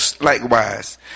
likewise